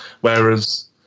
whereas